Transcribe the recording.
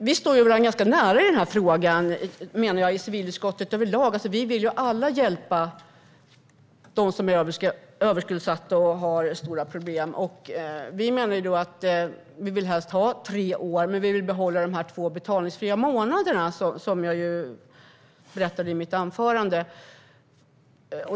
Fru talman! Vi i civilutskottet står varandra ganska nära i den här frågan över lag, menar jag. Vi vill ju alla hjälpa dem som är överskuldsatta och har stora problem. Vi vill helst ha tre år, men vi vill behålla de två betalningsfria månaderna. Det berättade jag i mitt anförande.